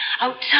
outside